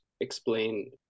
explain